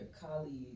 colleagues